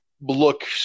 look